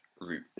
root